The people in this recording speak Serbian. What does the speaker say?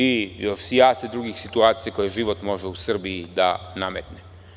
Ima tu još sijaset drugih situacija koje život može u Srbiji da nametne.